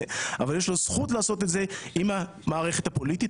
אבל יש לו זכות לעשות את זה אם המערכת הפוליטית,